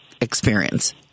experience